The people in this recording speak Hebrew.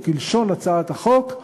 או כלשון הצעת החוק: